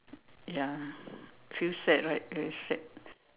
ya feel sad right very sad